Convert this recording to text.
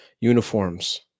uniforms